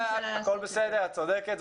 את צודקת.